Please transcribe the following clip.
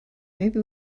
maybe